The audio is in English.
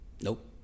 Nope